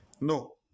No